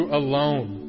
alone